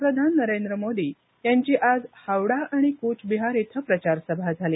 पंतप्रधान नरेंद्र मोदी यांची आज हावडा आणि कूचबिहार इथं प्रचारसभा झाली